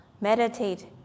meditate